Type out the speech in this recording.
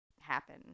happen